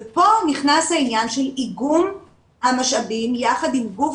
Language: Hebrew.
ופה נכנס העניין של איגום המשאבים יחד עם גוף